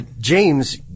James